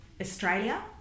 Australia